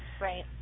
Right